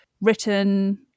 written